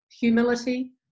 humility